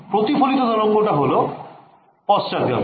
প্রতিফলিত তরঙ্গটা হল পশ্চাৎগামী